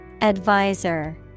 Advisor